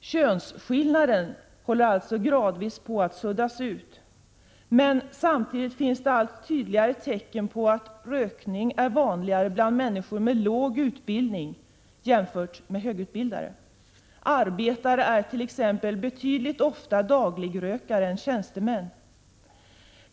Könsskillnaden håller alltså gradvis på att suddas ut. Samtidigt finns allt tydligare tecken på att rökning är vanligare bland människor med låg utbildning i jämförelse med högutbildade. Arbetare är t.ex. betydligt oftare dagligrökare än tjänstemän.